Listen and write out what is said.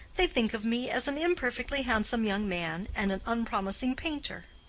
they think of me as an imperfectly handsome young man and an unpromising painter.